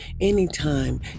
Anytime